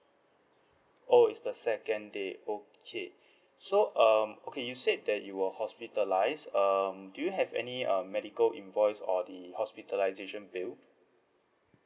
oh is the second day okay so um okay you said that you were hospitalised um do you have any um medical invoice or the hospitalisation bill